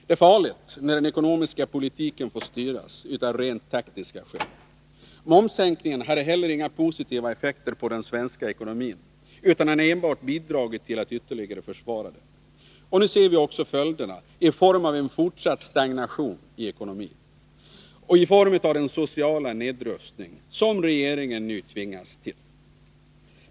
Det är farligt när den ekonomiska politiken får styras av rent taktiska skäl. Momssänkningen hade heller inga positiva effekter på den svenska ekonomin utan har enbart bidragit till att ytterligare försvaga den. Nu ser vi för att förstärka budgeten också följderna i form av en fortsatt stagnation i ekonomin och i form av den sociala nedrustning som regeringen tvingas till.